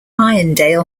irondale